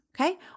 Okay